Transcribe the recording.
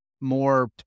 more